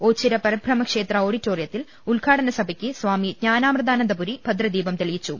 ഓച്ചിറ പരബ്രഹ്മ ക്ഷേത്ര ഓഡിറ്റോറിയത്തിൽ ഉദ്ഘാടന സഭയ്ക്ക് സാമി ജ്ഞാനാമൃതാനന്ദപുരി ഭദ്രദീപം തെളിച്ചു